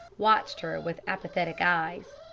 watched her with apathetic eyes.